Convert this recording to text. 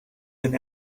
and